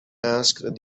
asked